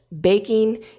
baking